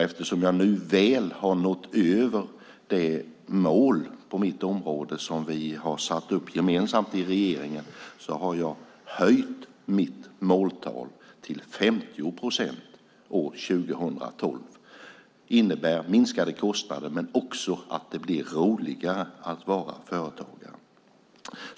Eftersom jag väl har nått över det mål på mitt område som vi har satt upp gemensamt i regeringen har jag höjt mitt måltal till 50 procent år 2012. Det innebär minskade kostnader men också att det blir roligare att vara företagare.